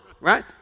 right